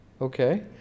okay